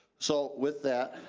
so with that,